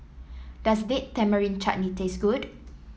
does Date Tamarind Chutney taste good